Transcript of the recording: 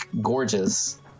gorgeous